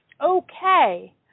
Okay